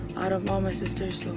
out of all my sisters.